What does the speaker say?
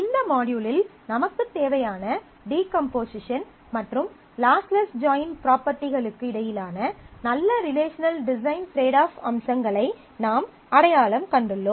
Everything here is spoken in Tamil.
இந்த மாட்யூலில் நமக்குத் தேவையான டீகம்போசிஷன் மற்றும் லாஸ்லெஸ் ஜாயின் ப்ராப்பர்ட்டிகளுக்கு இடையிலான நல்ல ரிலேஷனல் டிசைன் டிரேட் ஆப் அம்சங்களை நாம் அடையாளம் கண்டுள்ளோம்